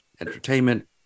entertainment